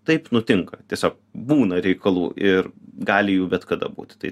taip nutinka tiesiog būna reikalų ir gali jų bet kada būt tai